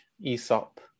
Aesop